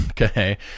Okay